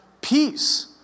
peace